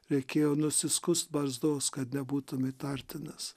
reikėjo nusiskust barzdos kad nebūtum įtartinas